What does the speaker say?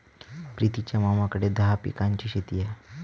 प्रितीच्या मामाकडे दहा पिकांची शेती हा